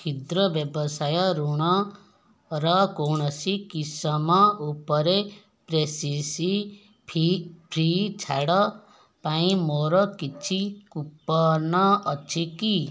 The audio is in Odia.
କ୍ଷୁଦ୍ର ବ୍ୟବସାୟ ଋଣର କୌଣସି କିସମ ଉପରେ ପ୍ରସେସିଂ ଫି ଫ୍ରି ଛାଡ ପାଇଁ ମୋର କିଛି କୁପନ ଅଛି କି